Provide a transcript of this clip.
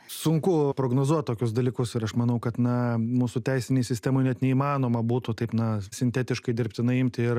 sunku prognozuot tokius dalykus ir aš manau kad na mūsų teisinėj sistemoj net neįmanoma būtų taip na sintetiškai dirbtinai imti ir